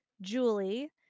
Julie